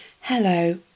Hello